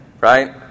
right